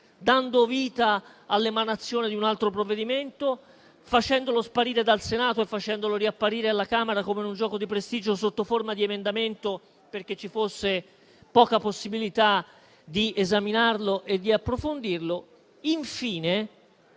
dando vita all'emanazione di un altro provvedimento, facendolo sparire dal Senato e facendolo riapparire alla Camera sotto forma di emendamento (come in un gioco di prestigio), perché ci fosse poca possibilità di esaminarlo e di approfondirlo.